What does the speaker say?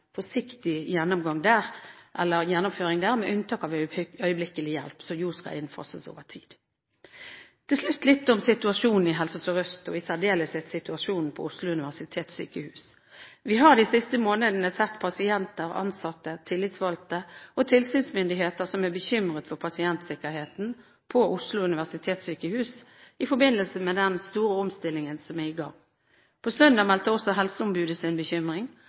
forsiktig gjennomføring der, med unntak av øyeblikkelig hjelp, som jo skal innfases over tid. Til slutt litt om situasjonen i Helse Sør-Øst, og i særdeleshet situasjonen ved Oslo universitetssykehus. Vi har de siste månedene sett pasienter, ansatte, tillitsvalgte og tilsynsmyndigheter som er bekymret for pasientsikkerheten på Oslo universitetssykehus i forbindelse med den store omstillingen som er i gang. På søndag meldte også helseombudet sin bekymring,